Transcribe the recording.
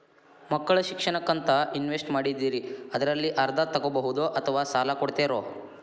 ಮಕ್ಕಳ ಶಿಕ್ಷಣಕ್ಕಂತ ಇನ್ವೆಸ್ಟ್ ಮಾಡಿದ್ದಿರಿ ಅದರಲ್ಲಿ ಅರ್ಧ ತೊಗೋಬಹುದೊ ಅಥವಾ ಸಾಲ ಕೊಡ್ತೇರೊ?